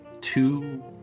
two